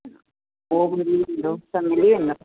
उहो ब मिली वेंदो सभु मिली वेंदा